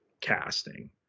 casting